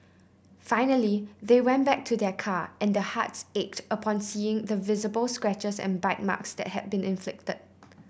finally they went back to their car and their hearts ached upon seeing the visible scratches and bite marks that had been inflicted